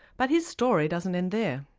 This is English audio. but his story doesn't end there.